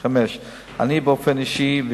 אני באופן אישי,